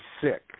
sick